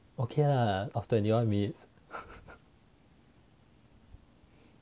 okay lah of twenty one minutes oh my god you should [what]